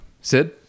Sid